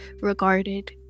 regarded